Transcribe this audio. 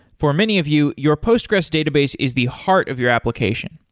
for many of you, your postgres database is the heart of your application.